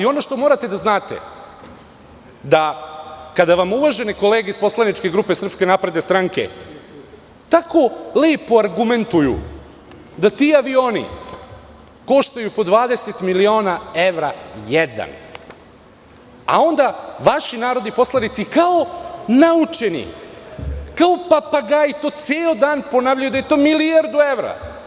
Ono što morate da znate je da kada vam uvažene kolege iz poslaničke grupe SNS tako lepo argumentuju da ti avioni koštaju po 20 miliona evra jedan, a onda vaši narodni poslanici kao naučeni, kao papagaji ceo dan ponavljaju da je to milijardu evra.